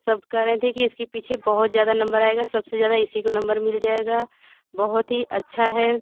सब कह रहे थे कि इसके पीछे बहुत ज़्यादा नंबर आएगा सबसे ज़्यादा इसी को नंबर मिल जाएगा बहुत ही अच्छा है